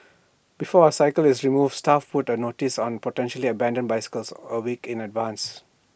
before A is removed staff put up notices on potentially abandoned bicycles A week in advance